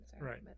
Right